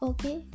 Okay